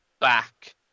back